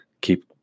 keep